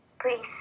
Please